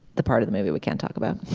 the part of the movie we can't talk about